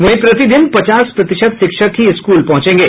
वहीं प्रतिदिन पचास प्रतिशत शिक्षक ही स्कूल पहुंचेंगे